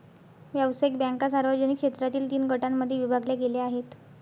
व्यावसायिक बँका सार्वजनिक क्षेत्रातील तीन गटांमध्ये विभागल्या गेल्या आहेत